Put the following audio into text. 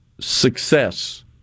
success